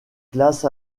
classes